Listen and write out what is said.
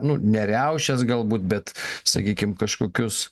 nu ne riaušes galbūt bet sakykim kažkokius